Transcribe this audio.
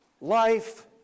Life